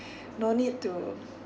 no need to